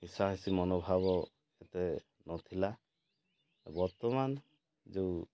ମିଶାମିଶି ମନୋଭାବ ଏତେ ନଥିଲା ବର୍ତ୍ତମାନ ଯୋଉ